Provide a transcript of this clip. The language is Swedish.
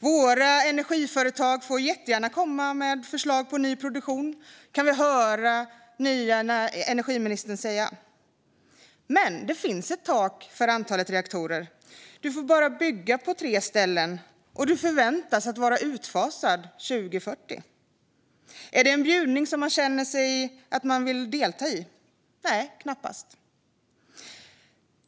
Våra energiföretag får jättegärna komma med förslag på ny produktion, kan vi höra den nye energiministern säga. Men det finns ett tak för antalet reaktorer. Du får bara bygga på tre ställen, och du förväntas vara utfasad 2040. Är det en bjudning som man känner att man vill delta i? Nej, knappast.